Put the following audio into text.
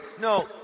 No